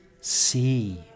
see